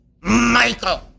michael